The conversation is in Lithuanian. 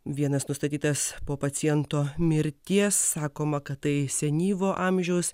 vienas nustatytas po paciento mirties sakoma kad tai senyvo amžiaus